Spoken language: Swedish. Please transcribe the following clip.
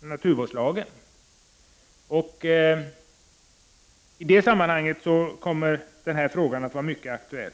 naturvårdslagen. I det sammanhanget kommer denna fråga att vara mycket aktuell.